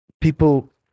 people